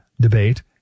debate